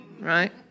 right